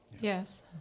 Yes